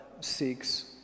seeks